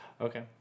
okay